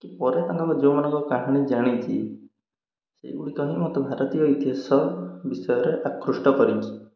କି ପରେ ତାଙ୍କ ଯେଉଁମାନଙ୍କ କାହାଣୀ ଜାଣିଛି ସେଗୁଡ଼ିକ ହିଁ ମୋତେ ଭାରତୀୟ ଇତିହାସ ବିଷୟରେ ଆକୃଷ୍ଟ କରିଛି